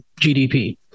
GDP